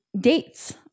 dates